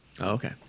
Okay